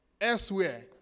elsewhere